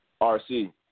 RC